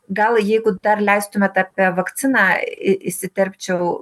gal jeigu dar leistumėt apie vakciną į įsiterpčiau